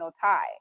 tie